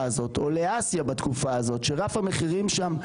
הזאת או לאסיה בתקופה הזאת שרף המחירים שם,